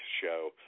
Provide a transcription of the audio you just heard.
show